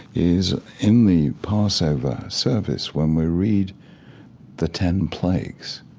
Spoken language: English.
is in the passover service when we read the ten plagues,